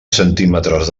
centímetres